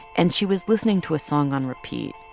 and she was listening to a song on repeat,